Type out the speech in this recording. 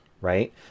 right